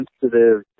sensitive